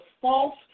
false